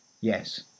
yes